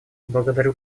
благодарю